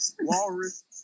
walrus